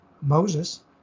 Moses